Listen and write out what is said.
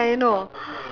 oh then